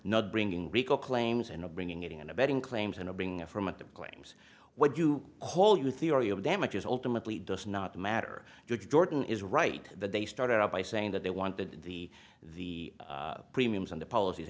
not bringing rico claims in a bringing in abetting claims and to bring affirmative claims what you hold your theory of damages ultimately does not matter jordan is right that they started out by saying that they wanted the the premiums and the policies